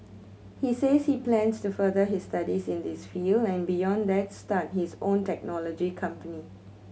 he says he plans to further his studies in this field and beyond that start his own technology company